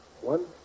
one